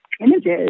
images